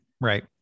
Right